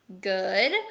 good